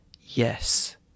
Yes